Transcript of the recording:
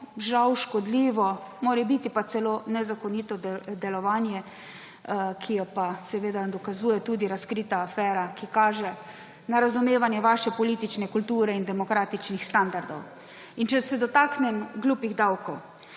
žal škodljivo, morebiti pa celo nezakonito delovanje, ki ga pa seveda dokazuje tudi razkrita afera, ki kaže na razumevanje vaše politične kulture in demokratičnih standardov. Če se dotaknem glupih davkov,